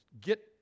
Get